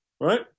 right